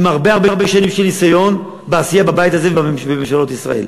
עם הרבה הרבה שנים של ניסיון בעשייה בבית הזה ובממשלות ישראל.